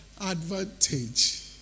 advantage